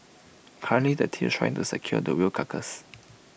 currently the team's trying to secure the whale carcass